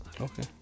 Okay